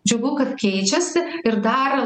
džiugu kad keičiasi ir dar